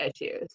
issues